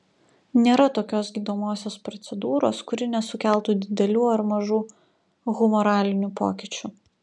nėra tokios gydomosios procedūros kuri nesukeltų didelių ar mažų humoralinių pokyčių